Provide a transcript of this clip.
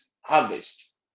harvest